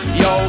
yo